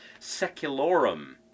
secularum